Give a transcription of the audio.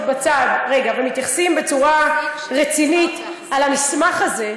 בצד ומתייחסים בצורה רצינית למסמך הזה,